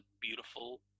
beautiful